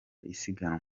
isiganwa